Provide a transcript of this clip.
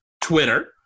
Twitter